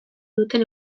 duten